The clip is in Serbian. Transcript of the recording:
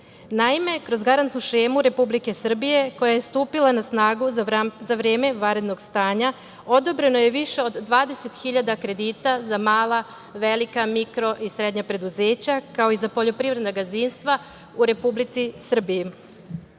kroz garantnu šemu Republike Srbije, koja je stupila na snagu za vreme vanrednog stanja, odobreno je više od 20.000 kredita za mala, velika, mikro i srednja preduzeća, kao i za poljoprivredna gazdinstva u Republici Srbiji,